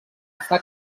està